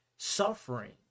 Suffering